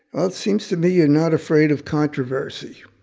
well, it seems to me you're not afraid of controversy.